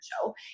show